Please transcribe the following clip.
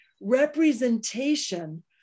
representation